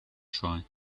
try